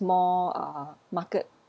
more uh market